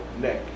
neck